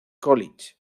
college